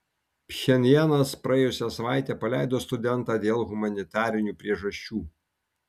pchenjanas praėjusią savaitę paleido studentą dėl humanitarinių priežasčių